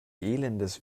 elendes